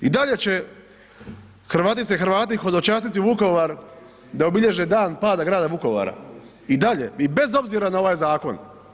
I dalje će Hrvatice i Hrvati hodočastiti u Vukovar da obilježe dan pada grada Vukovara i dalje i bez obzira na ovaj zakon.